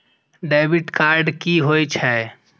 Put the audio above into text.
Debit card की होय छेय?